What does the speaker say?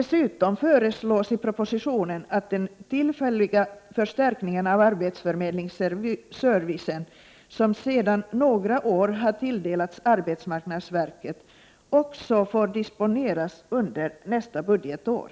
Dessutom föreslås i propositionen att den tillfälliga förstärkning av förmedlingsservicen som sedan några år har tilldelats arbetsmarknadsverket också får disponeras under nästa budgetår.